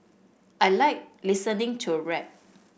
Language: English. I like listening to rap